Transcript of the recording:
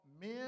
men